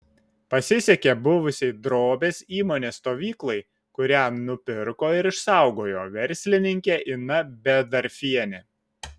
pasisekė buvusiai drobės įmonės stovyklai kurią nupirko ir išsaugojo verslininkė ina bedarfienė